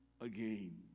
again